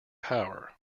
power